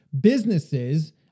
businesses